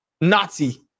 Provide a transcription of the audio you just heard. Nazi